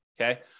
Okay